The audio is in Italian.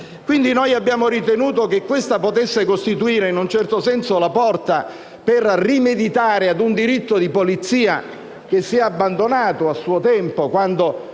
Quindi, abbiamo ritenuto che questa potesse costituire in un certo senso la porta per rimeditare un diritto di polizia, che si è abbandonato a suo tempo quando